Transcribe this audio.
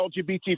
LGBT